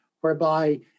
whereby